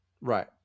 right